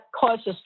causes